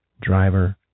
Driver